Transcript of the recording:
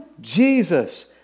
Jesus